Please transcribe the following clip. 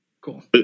Cool